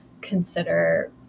consider